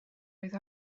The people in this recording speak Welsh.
oedd